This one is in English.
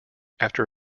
after